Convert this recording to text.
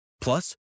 Plus